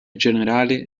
generale